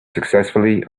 successfully